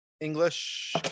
english